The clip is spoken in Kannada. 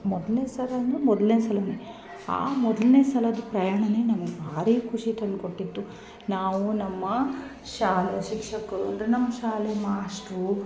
ಮೊದಲನೇ ಸಲ ಅಂದರೆ ಮೊದಲನೇ ಸಲಾನೇ ಆ ಮೊದಲನೇ ಸಲದ್ದು ಪ್ರಯಾಣ ನಮ್ಗೆ ಭಾರಿ ಖುಷಿ ತಂದುಕೊಟ್ಟಿತ್ತು ನಾವು ನಮ್ಮ ಶಾ ಶಿಕ್ಷಕರು ಅಂದರೆ ನಮ್ಮ ಶಾಲೆ ಮಾಸ್ಟ್ರು